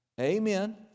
Amen